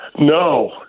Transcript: No